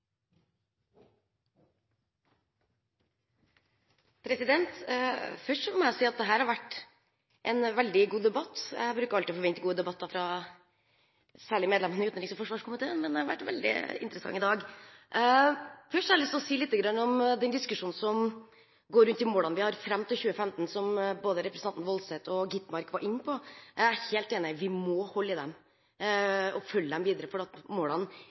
debatt. Jeg bruker alltid å forvente gode debatter særlig fra medlemmene i utenriks- og forsvarskomiteen, men den har vært veldig interessant i dag. Først har jeg lyst til å si litt om diskusjonen som går rundt de målene vi har fram til 2015, som både representanten Woldseth og representanten Skovholt Gitmark var inne på. Der er jeg er helt enig i at vi må holde på de målene og følge dem videre, for målene er ikke nådd. Jeg er helt enig med representanten Woldseth i at